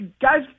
guys